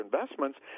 investments